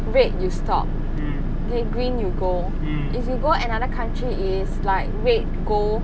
red you stop then green you go if you go another country is like red go